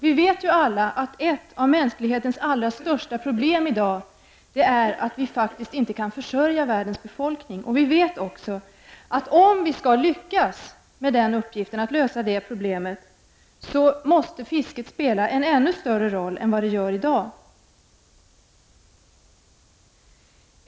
Vi vet ju alla att ett av mänsklighetens största problem i dag är att vi faktiskt inte kan försörja världens befolkning, och vi vet också att om vi skall lyckas lösa det problemet måste fisket spela en ännu större roll än det gör i dag.